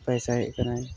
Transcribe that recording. ᱯᱚᱭᱥᱟᱭᱮᱫ ᱠᱟᱱᱟᱭ